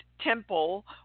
temple